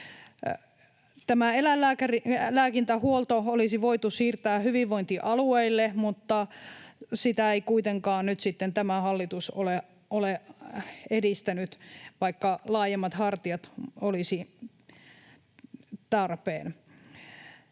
eläinlääkintähuolto olisi voitu siirtää hyvinvointialueille, mutta sitä ei kuitenkaan nyt sitten tämä hallitus ole edistänyt, vaikka laajemmat hartiat olisivat tarpeen.